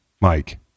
Mike